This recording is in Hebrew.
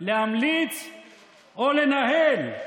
אדוני